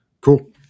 cool